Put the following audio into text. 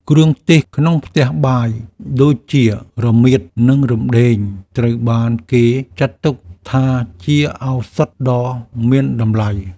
គ្រឿងទេសក្នុងផ្ទះបាយដូចជា រមៀត និងរំដេង ត្រូវបានគេចាត់ទុកថាជាឱសថដ៏មានតម្លៃ។